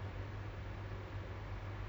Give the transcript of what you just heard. your parents ada pressure you